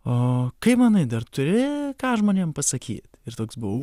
o kaip manai dar turi ką žmonėm pasakyt ir toks buvau